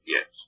Yes